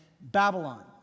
Babylon